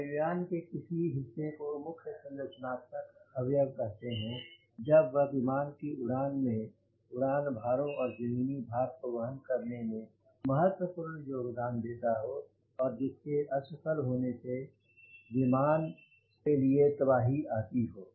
वायु यान के किसी हिस्से को मुख्य संरचनात्मक अवयव कहते हैं जब वह विमान की उड़ान में उड़ान भारों और ज़मीनी भार को वहन करने में महत्वपूर्ण योगदान देता हो और जिसके असफल होने से विमान विमान के लिए तबाही आती हो